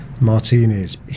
martinis